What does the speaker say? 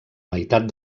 meitat